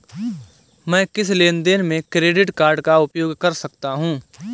मैं किस लेनदेन में क्रेडिट कार्ड का उपयोग कर सकता हूं?